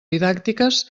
didàctiques